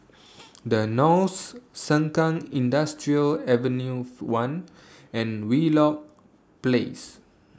The Knolls Sengkang Industrial Avenue one and Wheelock Place